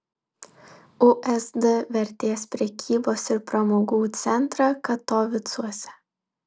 usd vertės prekybos ir pramogų centrą katovicuose